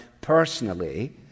personally